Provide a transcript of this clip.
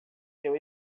seu